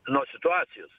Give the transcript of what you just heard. nuo situacijos